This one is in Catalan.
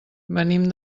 venim